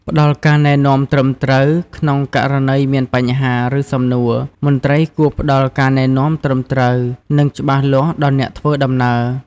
ផ្តល់ការណែនាំត្រឹមត្រូវ ក្នុងករណីមានបញ្ហា ឬសំណួរ មន្ត្រីគួរផ្តល់ការណែនាំត្រឹមត្រូវ និងច្បាស់លាស់ដល់អ្នកធ្វើដំណើរ។